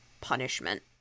punishment